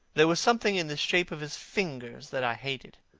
there was something in the shape of his fingers that i hated.